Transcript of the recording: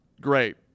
Great